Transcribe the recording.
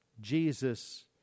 Jesus